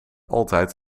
altijd